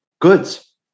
goods